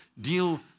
deal